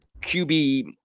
QB